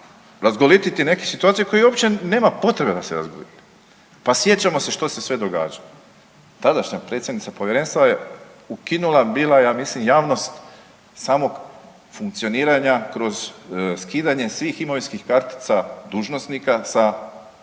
razgolititi neke situacije kojih uopće nema potrebe da se razgolite. Pa sjećamo se što se sve događalo. Tadašnja predsjednica povjerenstva je ukinula bila ja mislim javnost samog funkcioniranja kroz skidanja svih imovinskih kartica dužnosnika sa